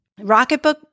Rocketbook